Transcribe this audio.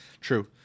True